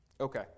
okay